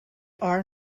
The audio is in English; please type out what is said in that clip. are